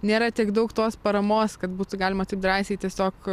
nėra tiek daug tos paramos kad būtų galima taip drąsiai tiesiog